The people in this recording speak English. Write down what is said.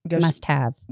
must-have